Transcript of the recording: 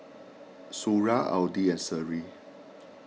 Suria Adi and Seri